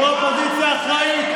זו אופוזיציה אחראית?